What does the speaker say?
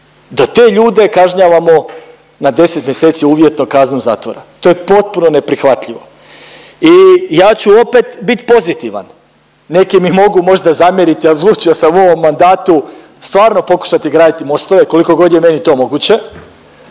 da te ljude kažnjavamo na 10 mjeseci uvjetno kazna zatvora. To je potpuno neprihvatljivo. I ja ću opet bit pozitivan. Neki mi mogu možda zamjeriti odlučio sam u ovom mandatu stvarno pokušati graditi mostove koliko god je meni to moguće,